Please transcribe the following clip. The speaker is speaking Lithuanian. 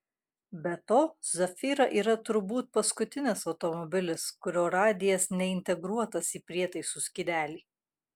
be to zafira yra turbūt paskutinis automobilis kurio radijas neintegruotas į prietaisų skydelį